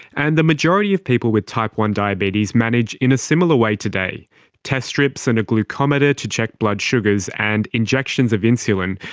and the majority of people with type one diabetes manage in a similar way today test strips and a glucometer to check blood sugars, and injections of insulin,